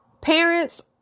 Parents